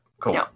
Cool